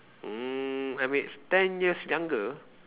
mm I ten years younger